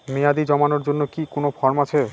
মেয়াদী জমানোর জন্য কি কোন ফর্ম আছে?